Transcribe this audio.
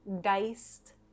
diced